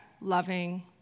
loving